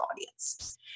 audience